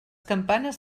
campanes